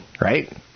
right